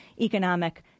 economic